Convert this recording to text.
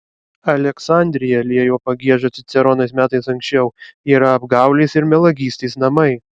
aleksandrija liejo pagiežą ciceronas metais anksčiau yra apgaulės ir melagystės namai